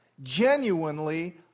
genuinely